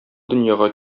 дөньяга